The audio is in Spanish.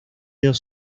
dos